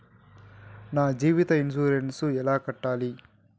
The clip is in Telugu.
నా జీవిత ఇన్సూరెన్సు ఎలా కట్టాలి?